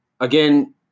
Again